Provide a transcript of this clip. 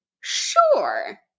Sure